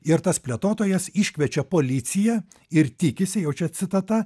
ir tas plėtotojas iškviečia policiją ir tikisi jau čia citata